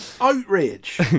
outrage